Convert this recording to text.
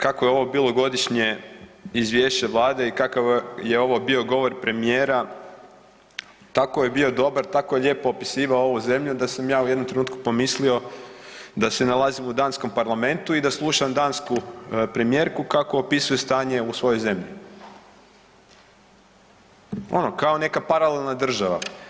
Kako je ovo bilo godišnje izvješće Vlade i kakav je ovo bio govor premijera, tako je bio dobar, tako je lijepo opisivao ovu zemlju da sam ja u jednom trenutku pomislio da se nalazim u danskom Parlamentu i da slušam dansku premijerku kako opisuje stanje u svojoj zemlji, ono kao neka paralelna država.